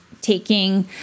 taking